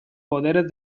poderes